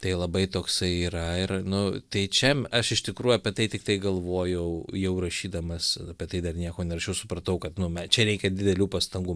tai labai toksai yra ir nu tai čia aš iš tikrųjų apie tai tiktai galvojau jau rašydamas apie tai dar nieko nerašiau supratau kad nu me čia reikia didelių pastangų